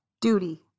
Duty